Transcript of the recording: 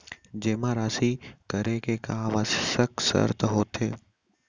जेमा राशि करे के का आवश्यक शर्त होथे?